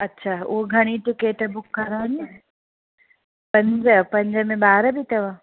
अच्छा उहा घणी टिकट बुक कराइणी आहे पंज पंज में ॿार बि अथव